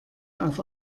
auf